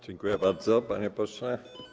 Dziękuję bardzo, panie pośle.